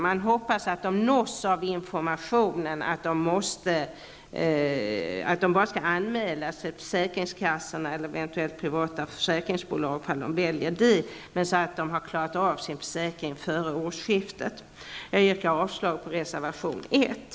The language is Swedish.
Jag hoppas att de nås av informationen att de bara skall anmäla sig till försäkringskassorna eller eventuellt till privata försäkringsbolag, om de väljer detta, för att klara av sin försäkring före årskiftet. Jag yrkar avslag på reservation 1.